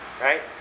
right